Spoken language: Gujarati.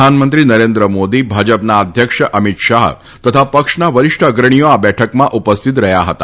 પ્રધાનમંત્રી નરેન્દ્ર મોદી અને ભાજપના અધ્યક્ષ અમીત શાહ તથા પક્ષના વરિષ્ઠ અગ્રણીઓ આ બેઠકમાં ઉપસ્થિત રહ્યા હતા